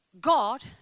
God